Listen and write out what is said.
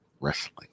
wrestling